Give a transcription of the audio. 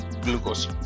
glucose